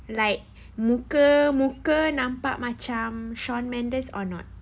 like muka muka nampak macam shawn mendes or not